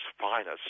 finest